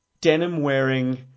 denim-wearing